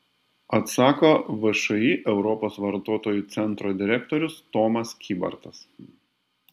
atsako všį europos vartotojų centro direktorius tomas kybartas